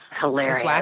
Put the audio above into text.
Hilarious